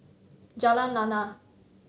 Jalan Lana